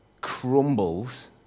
crumbles